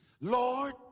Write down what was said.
Lord